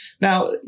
Now